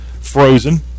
frozen